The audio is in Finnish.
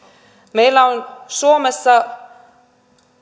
meillä on suomessa